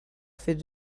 faits